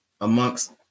amongst